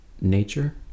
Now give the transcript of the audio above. nature